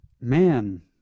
Man